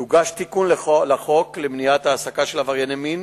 יוגש תיקון לחוק למניעת העסקה של עברייני מין